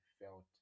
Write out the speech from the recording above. felt